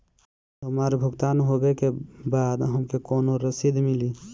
हमार भुगतान होबे के बाद हमके कौनो रसीद मिली?